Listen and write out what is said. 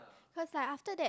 cause like after that